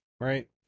right